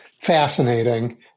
fascinating